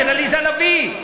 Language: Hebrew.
של עליזה לביא.